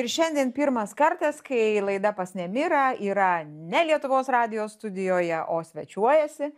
ir šiandien pirmas kartas kai laida pas nemirą yra ne lietuvos radijo studijoje o svečiuojasi